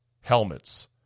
helmets